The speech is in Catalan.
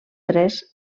tres